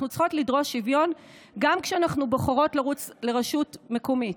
אנחנו צריכות לדרוש שוויון גם כשאנחנו בוחרות לרוץ לרשות מקומית,